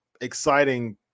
exciting